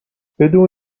بدون